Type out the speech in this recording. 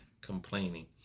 complaining